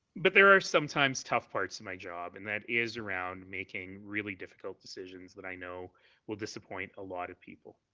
but there are tough parts of my job and that is around making really difficult decisions that i know will disappoint a lot of people.